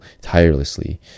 tirelessly